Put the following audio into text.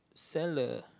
sell the